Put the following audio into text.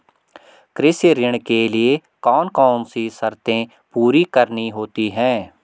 कृषि ऋण लेने के लिए कौन कौन सी शर्तें पूरी करनी होती हैं?